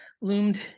loomed